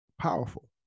powerful